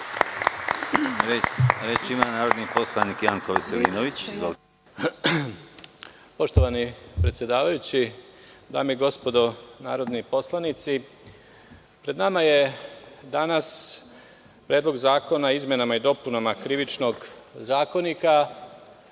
Reč ima narodni poslanik Janko Veselinović. **Janko Veselinović** Poštovani predsedavajući, dame i gospodo narodni poslanici, pred nama je danas Predlog zakona o izmenama i dopunama Krivičnog zakonika